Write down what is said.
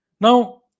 now